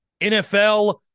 NFL